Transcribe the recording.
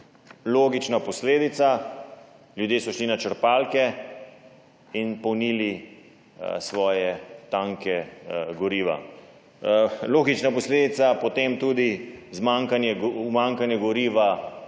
Logična posledica: ljudje so šli na črpalke in polnili svoje tanke goriva. Logična posledica je potem tudi umanjkanje goriva